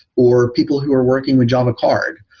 or people who are working with java card.